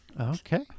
Okay